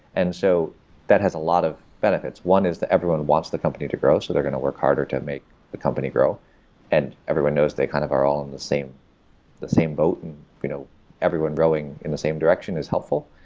and so that has a lot of benefits. one is that everyone wants the company to grow, so they're going to work harder to make the company grow and everyone knows they kind of are all in the same the same boat and you know everyone rowing in the same direction is helpful.